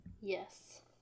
Yes